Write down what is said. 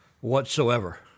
Whatsoever